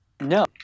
No